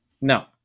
No